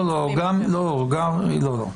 לא, לא.